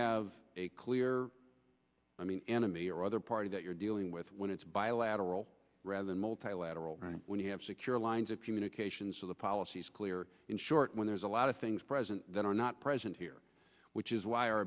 have a clear i mean enemy or other party that you're dealing with when it's bilateral rather than multilateral when you have secure lines of communication so the policy is clear in short when there's a lot of things present that are not present here which is why our